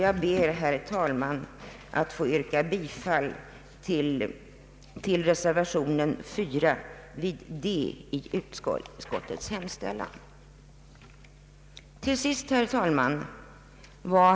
Jag ber, herr talman, att få yrka bifall till reservation 4 vid punkten D i utskottets hemställan.